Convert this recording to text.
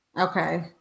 okay